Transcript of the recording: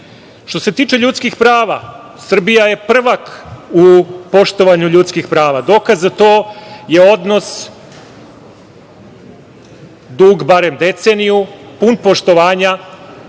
se tiče ljudskih prava, Srbija je prvak u poštovanju ljudskih prava. Dokaz za to je odnos, dug barem deceniju, pun poštovanja